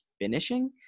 finishing